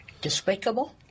Despicable